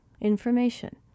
information